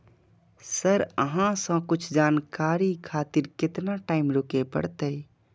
Sir अहाँ से कुछ जानकारी खातिर केतना टाईम रुके परतें?